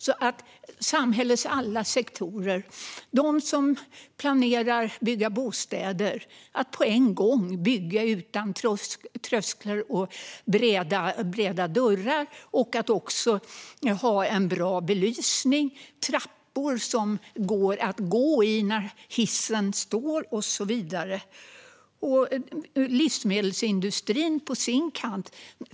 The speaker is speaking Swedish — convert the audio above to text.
De som planerar byggen av bostäder ska på en gång se till att det byggs utan trösklar, med breda dörrar, bra belysning och trappor som går att gå i när hissen står och så vidare.